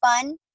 fun